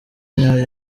nyayo